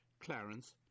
Clarence